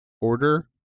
order